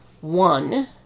One